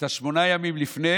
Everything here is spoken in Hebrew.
את שמונת הימים לפני